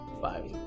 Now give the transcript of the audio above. Five